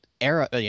era